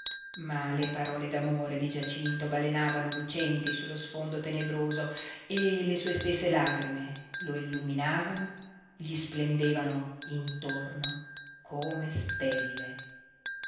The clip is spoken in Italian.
ma le parole d'amore di giacinto balenavano lucenti sullo sfondo tenebroso e le sue stesse lagrime lo illuminavano gli splendevano intorno come stelle